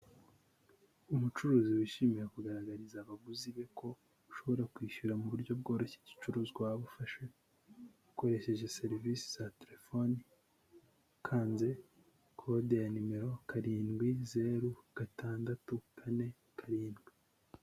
Umucuruzi wishimiye kugaragariza abaguzi be ko ushobora kwishyura mu buryo bworoshye igicuruzwa waba ufashe, ukoresheje serivisi za telefoni, ukanze kode ya nimero, karindwi zeru, gatandatu, kane, karindwi.